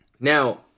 Now